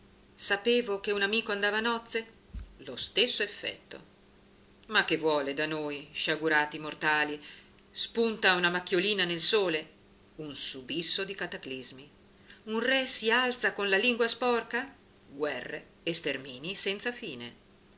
sapevo che un amico andava a nozze lo stesso effetto ma che vuole da noi sciagurati mortali spunta una macchiolina nel sole un subisso di cataclismi un re si alza con la lingua sporca guerre e sterminii senza fine